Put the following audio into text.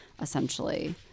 essentially